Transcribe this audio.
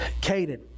Caden